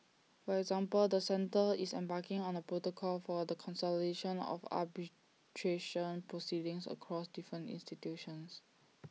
for example the centre is embarking on A protocol for the consolidation of arbitration proceedings across different institutions